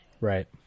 Right